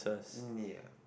oo ya